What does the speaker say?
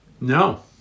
No